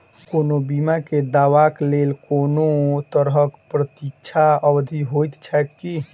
कोनो बीमा केँ दावाक लेल कोनों तरहक प्रतीक्षा अवधि होइत छैक की?